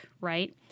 right